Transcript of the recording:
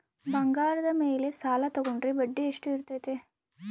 ಬಂಗಾರದ ಮೇಲೆ ಸಾಲ ತೋಗೊಂಡ್ರೆ ಬಡ್ಡಿ ಎಷ್ಟು ಇರ್ತೈತೆ?